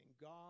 God